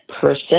person